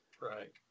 right